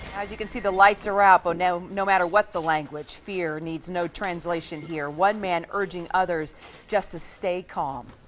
as you can see the lights re out. but no, no matter what the language, fear needs no translation here. one man urging others just to stay calm.